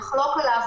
לחלוק עליו,